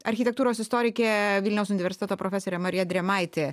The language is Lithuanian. architektūros istorikė vilniaus universiteto profesorė marija drėmaitė